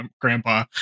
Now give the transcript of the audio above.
Grandpa